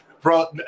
Bro